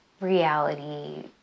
reality